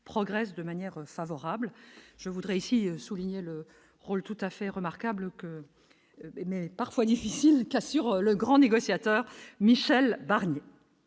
progresse de manière favorable, je voudrais ici souligner le rôle tout à fait remarquable que mais parfois difficile, assure le grand négociateur Michel Barnier